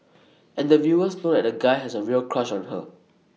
and the viewers know that the guy has A real crush on her